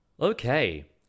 Okay